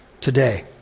today